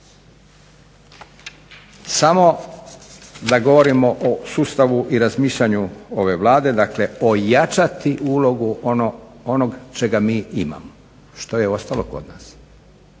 Samo da govorimo o sustavu i razmišljanju ove Vlade, dakle ojačati ulogu onog čega mi imamo, što je ostalo kod nas.